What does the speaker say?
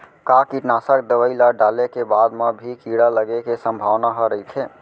का कीटनाशक दवई ल डाले के बाद म भी कीड़ा लगे के संभावना ह रइथे?